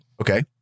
okay